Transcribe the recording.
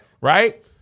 right